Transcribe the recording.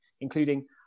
including